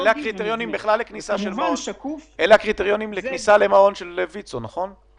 אלה הקריטריונים של כניסה למעון של ויצ"ו, נכון?